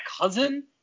cousin